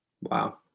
Wow